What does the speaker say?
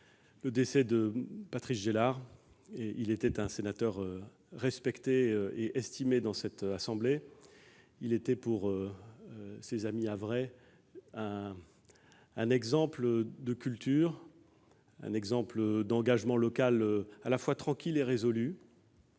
le décès de Patrice Gélard. Il était un sénateur respecté et estimé dans cette assemblée ; il était, pour ses amis havrais, un exemple de culture, un exemple d'engagement local à la fois tranquille et résolu